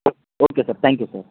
oak okay sir thank you sir